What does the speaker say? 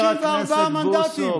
אני לא מסכים, יש לכם 64 מנדטים.